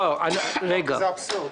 את זה בטרוניה או משהו כזה.